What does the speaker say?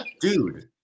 dude